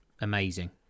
amazing